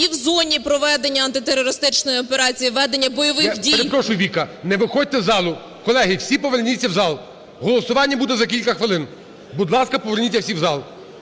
і в зоні проведення антитерористичної операції, ведення бойових дій... ГОЛОВУЮЧИЙ. Я перепрошую, Віка. Не виходьте з залу! Колеги, всі поверніться в зал, голосування буде за кілька хвилин. Будь ласка, поверніться всі в зал.